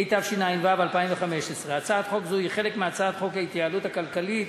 התשע"ו 2015. הצעת חוק זו היא חלק מהצעת חוק ההתייעלות הכלכלית